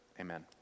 Amen